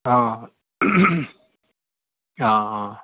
অঁ অঁ অঁ